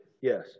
Yes